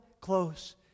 close